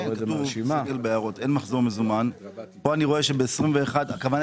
מה הכוונה, אין מחזור מתי?